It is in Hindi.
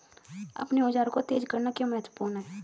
अपने औजारों को तेज करना क्यों महत्वपूर्ण है?